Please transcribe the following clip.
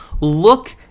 look